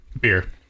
Beer